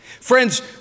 Friends